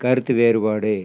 கருத்து வேறுபாடு